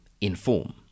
inform